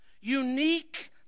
unique